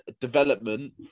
development